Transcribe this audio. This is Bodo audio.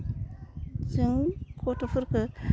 जों गथ'फोरखौ